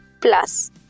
plus